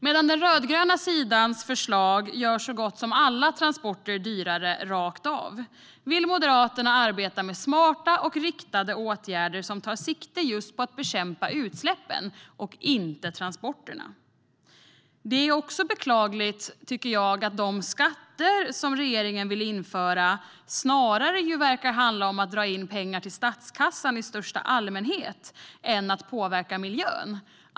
Medan den rödgröna sidans förslag gör så gott som alla transporter dyrare rakt av vill Moderaterna arbeta med smarta och riktade åtgärder som tar sikte på att bekämpa just utsläppen, inte transporterna. Det är också beklagligt att de skatter som regeringen vill införa snarare verkar handla om att dra in pengar till statskassan i största allmänhet än att påverka miljön.